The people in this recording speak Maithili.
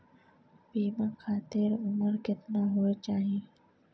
बीमा खातिर उमर केतना होय चाही?